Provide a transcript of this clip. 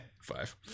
five